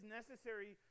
necessary